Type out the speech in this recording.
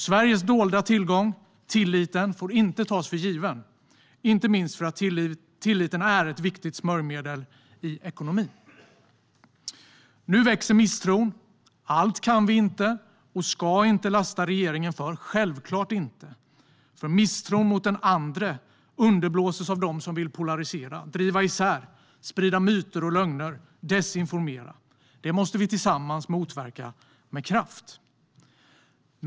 Sveriges dolda tillgång, tilliten, får inte tas för given, inte minst för att tilliten är ett viktigt smörjmedel i ekonomin. Nu växer misstron. Allt kan vi inte och ska vi inte lasta regeringen för, självklart inte. Misstron mot den andre underblåses av dem som vill polarisera, driva isär, sprida myter och lögner och desinformera. Det måste vi tillsammans motverka med kraft.